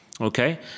Okay